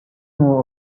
more